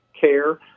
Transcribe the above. care